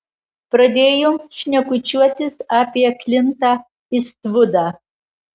pradėjom šnekučiuotis apie klintą istvudą